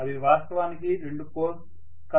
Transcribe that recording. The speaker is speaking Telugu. అవి వాస్తవానికి రెండు పోల్స్ కస్ప్ లో ఉన్నాయి